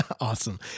Awesome